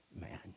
Man